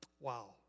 Wow